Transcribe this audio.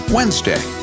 Wednesday